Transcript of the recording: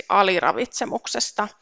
aliravitsemuksesta